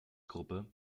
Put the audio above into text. gruppe